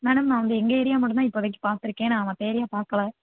madam நான் வந்து எங்கள் ஏரியா மட்டும் தான் இப்போதைக்கு பார்த்துருக்கேன் நான் மற்ற ஏரியா பார்க்கல